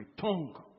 tongue